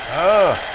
oh!